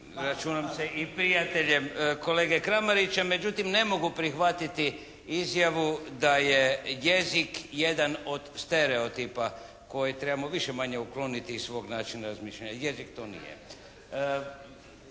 računam se i prijateljem kolege Kramarića. Međutim, ne mogu prihvatiti izjavu da je jezik jedan od stereotipa koje trebamo više-manje ukloniti iz svog načina razmišljanja. Jezik to nije.